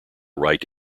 write